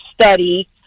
study